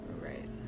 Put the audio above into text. Right